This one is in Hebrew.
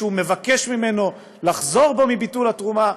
ובה הוא מבקש ממנו לחזור בו מביטול התרומה,